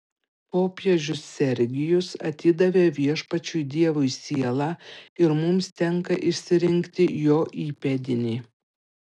popiežius sergijus atidavė viešpačiui dievui sielą ir mums tenka išsirinkti jo įpėdinį